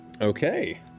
okay